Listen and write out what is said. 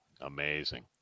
Amazing